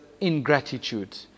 ingratitude